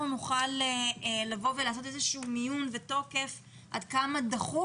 נוכל לעשות איזשהו מיון עד כמה זה דחוף.